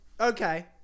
Okay